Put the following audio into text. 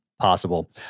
possible